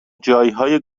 جایهای